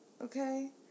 Okay